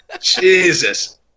Jesus